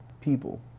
people